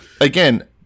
again